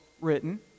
written